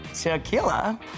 tequila